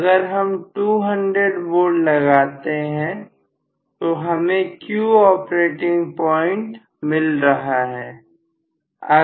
अगर हम 200V लगाते हैं तो हमें Q ऑपरेटिंग पॉइंट मिल रहा है